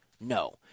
no